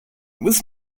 was